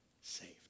saved